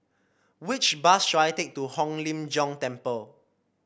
which bus should I take to Hong Lim Jiong Temple